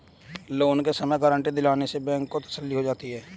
loan के समय guarantee दिलवाने से बैंक को तसल्ली हो जाती है